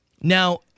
Now